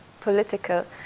political